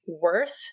worth